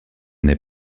n’est